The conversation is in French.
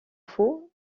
faut